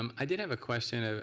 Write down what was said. um i did have a question. ah